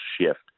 shift